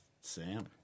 Sam